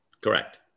Correct